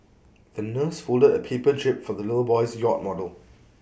the nurse folded A paper jib for the little boy's yacht model